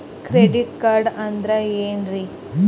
Credit card ಅಂದ್ರ ಏನ್ರೀ?